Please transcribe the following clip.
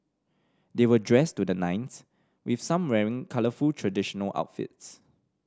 they were dressed to the nines with some wearing colourful traditional outfits